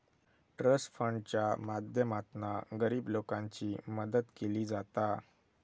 trust फंडाच्या माध्यमातना गरीब लोकांची मदत केली जाता